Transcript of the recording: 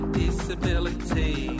disability